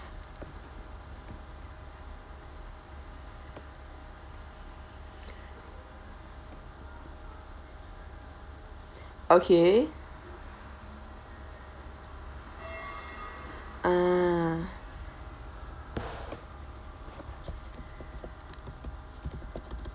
okay ah